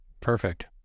Perfect